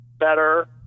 better